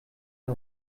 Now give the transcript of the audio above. der